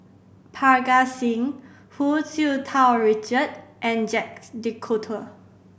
Parga Singh Hu Tsu Tau Richard and Jacques De Coutre